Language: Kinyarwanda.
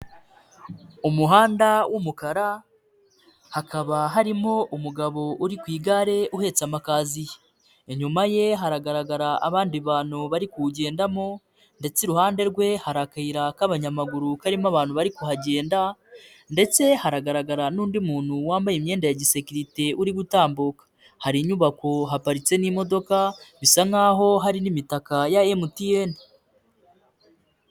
Umuhanda w'umukara hakaba harimo umugabo uri ku igare uhetse amakaziye, inyuma ye haragaragara abandi bantu bari kuwugendamo ndetse iruhande rwe hari akayira k'abanyamaguru karimo abantu bari kuhagenda ndetse haragaragara n'undi muntu wambaye imyenda ya gisekirite uri gutambuka, hari inyubako, haparitse n'imodoka, bisa nkaho hari n'imitaka ya MTN.